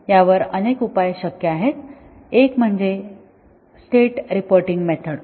यावर अनेक उपाय शक्य आहेत एक म्हणजे स्टेट रिपोर्टींग मेथड